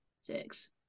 six